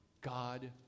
God